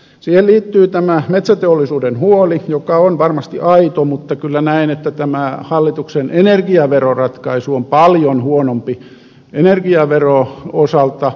siihen liittyy tämä metsäteollisuuden huoli joka on varmasti aito mutta kyllä näen että tämä hallituksen energiaveroratkaisu on paljon huonompi energiaveron osalta